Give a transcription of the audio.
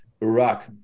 Iraq